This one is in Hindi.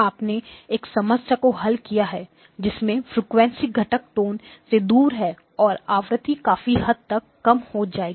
आपने एक समस्या को हल किया है जिसमें फ्रिकवेंसी घटक टोन से दूर है और आवृत्ति काफी हद तक कम हो जाएगी